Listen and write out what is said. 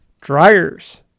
dryers